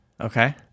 Okay